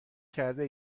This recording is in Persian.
کرده